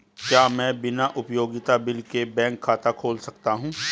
क्या मैं बिना उपयोगिता बिल के बैंक खाता खोल सकता हूँ?